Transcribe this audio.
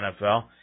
NFL